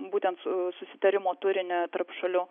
būtent su susitarimo turinio tarp šalių